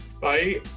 Bye